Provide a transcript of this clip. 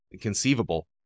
conceivable